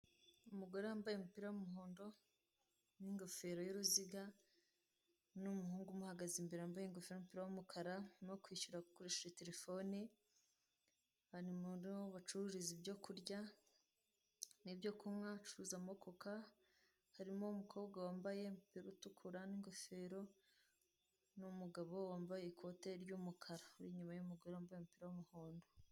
Inzu nini y'ubucuruzi ifite amakaro y'umweru n'umukara ifite parafo y'umweru ndetse n'amatara y'umutuku, hariho n'akarangantego kamamaza yuko ibicuruzwa ari ibiryo, harimo utubat dutandkanye dufite ibiryo bitandukanye harimo n'imigati.